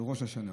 ראש השנה,